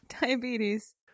diabetes